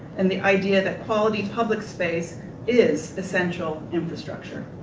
and the idea that quality public space is essential infrastructure.